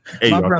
Hey